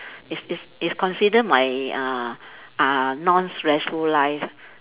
it's it's it's consider my uh uh non stressful life